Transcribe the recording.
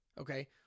Okay